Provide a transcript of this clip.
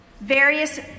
various